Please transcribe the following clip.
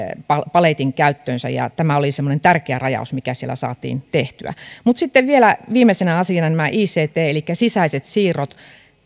paletin käyttöönsä ja tämä oli semmoinen tärkeä rajaus mikä siellä saatiin tehtyä mutta sitten vielä viimeisenä asiana tämä ict eli sisäiset siirrot